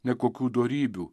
nekokių dorybių